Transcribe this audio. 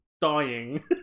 dying